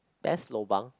best lobang